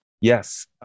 Yes